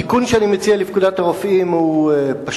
התיקון שאני מציע לפקודת הרופאים הוא פשוט.